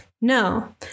No